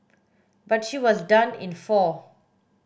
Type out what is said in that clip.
but she was done in four